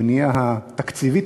הבנייה התקציבית,